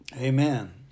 Amen